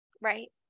Right